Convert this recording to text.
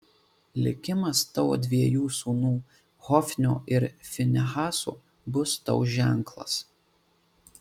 likimas tavo dviejų sūnų hofnio ir finehaso bus tau ženklas